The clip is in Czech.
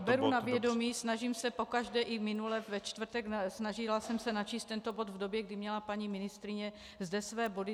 Beru na vědomí, snažím se pokaždé, i minule ve čtvrtek, snažila jsem se načíst tento bod v době, kdy měla paní ministryně zde své body.